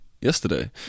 yesterday